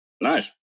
Nice